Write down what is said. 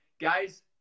Guys